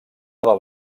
del